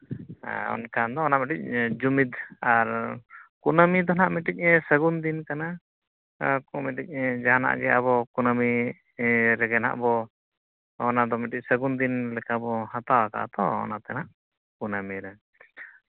ᱟᱨ ᱮᱱᱠᱷᱟᱱ ᱫᱚ ᱚᱱᱟ ᱢᱤᱫᱴᱤᱡ ᱡᱩᱢᱤᱫ ᱟᱨ ᱠᱩᱱᱟᱹᱢᱤ ᱫᱚ ᱦᱟᱸᱜ ᱢᱤᱫᱴᱤᱡ ᱥᱟᱹᱜᱩᱱ ᱫᱤᱱ ᱠᱟᱱᱟ ᱟᱨ ᱡᱟᱦᱟᱱᱟᱜ ᱜᱮ ᱟᱵᱚ ᱠᱩᱱᱟᱹᱢᱤ ᱨᱮᱜᱮ ᱦᱟᱸᱜ ᱵᱚᱱ ᱚᱱᱟ ᱫᱚ ᱢᱤᱫᱴᱤᱡ ᱥᱟᱹᱜᱩᱱ ᱫᱤᱱ ᱞᱮᱠᱟ ᱵᱚ ᱦᱟᱛᱟᱣ ᱠᱟᱜᱼᱟ ᱛᱚ ᱚᱱᱟᱛᱮ ᱦᱟᱸᱜ ᱠᱩᱱᱟᱹᱢᱤ ᱨᱮ